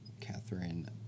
Catherine